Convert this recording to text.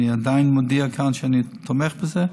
אני מודיע כאן שאני עדיין תומך בזה.